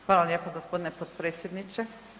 Hvala lijepa gospodine potpredsjedniče.